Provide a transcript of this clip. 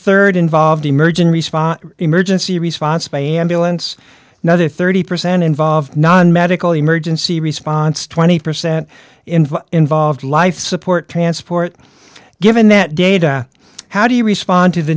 one rd involved emergency response emergency response by ambulance another thirty percent involved non medical emergency response twenty percent in involved life support transport given that data how do you respond to the